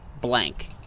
blank